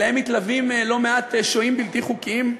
אליהם מתלווים לא מעט שוהים בלתי חוקיים.